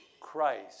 Christ